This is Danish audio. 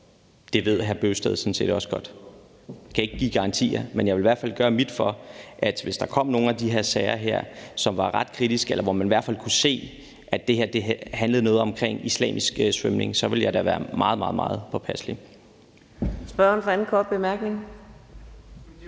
Det ved hr. Kristian Bøgsted sådan set også godt. Jeg kan ikke give garantier, men jeg vil i hvert fald gøre mit for, at hvis der kom nogle af de her sager, som var ret kritiske, eller hvor man i hvert fald kunne se, at det her handlede om noget omkring islamisk svømning, så ville jeg da være meget, meget påpasselig.